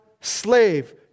slave